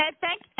thank